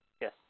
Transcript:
Yes